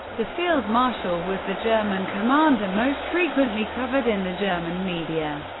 the field marshal was the german commander most frequently covered in the german media,